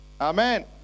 Amen